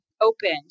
opened